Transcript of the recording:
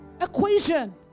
equation